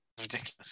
ridiculous